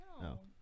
no